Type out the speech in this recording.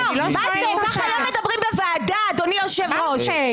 ככה לא מדברים בוועדה, אדוני היושב-ראש.